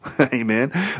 amen